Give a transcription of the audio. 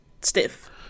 stiff